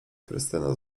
krystyna